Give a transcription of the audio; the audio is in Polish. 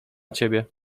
ciebie